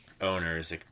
owners